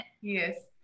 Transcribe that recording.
Yes